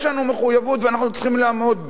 יש לנו מחויבות, ואנחנו צריכים לעמוד בה.